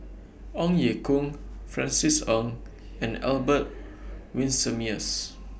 Ong Ye Kung Francis Ng and Albert Winsemius